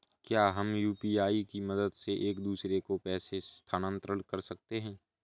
क्या हम यू.पी.आई की मदद से एक दूसरे को पैसे स्थानांतरण कर सकते हैं?